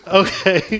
okay